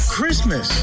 Christmas